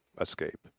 escape